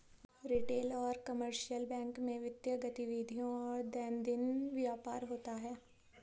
retail और commercial bank में वित्तीय गतिविधियों और दैनंदिन व्यापार होता है